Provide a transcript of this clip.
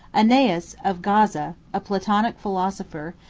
aeneas of gaza, a platonic philosopher,